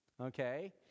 okay